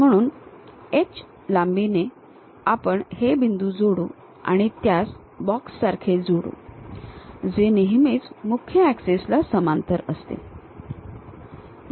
म्हणून H लांबीने आपण हे बिंदू जोडू आणि त्यास बॉक्ससारखे जोडू जे नेहमीच मुख्य ऍक्सिस ला समांतर असतील